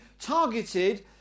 targeted